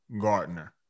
gardner